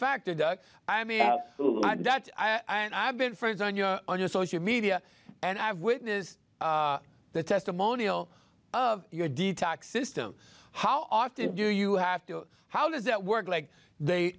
absolutely that i and i've been friends on your on your social media and i've witnessed the testimonial of your detox system how often do you have to how does that work like they